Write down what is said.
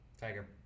Tiger